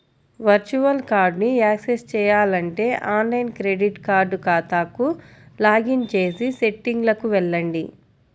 virtual కార్డ్ని access చేయాలంటే online credit card ఖాతాకు లాగిన్ చేసి సెట్టింగ్లకు వెళ్లండి